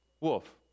wolf